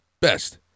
best